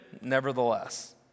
nevertheless